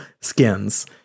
skins